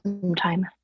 sometime